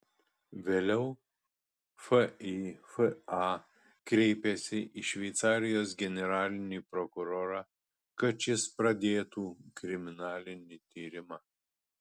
vėliau fifa kreipėsi į šveicarijos generalinį prokurorą kad šis pradėtų kriminalinį tyrimą